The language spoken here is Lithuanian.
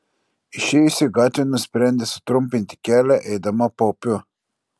išėjusi gatvėn nusprendė sutrumpinti kelią eidama paupiu